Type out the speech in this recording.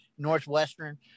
northwestern